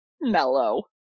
mellow